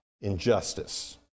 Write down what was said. injustice